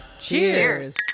Cheers